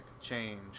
change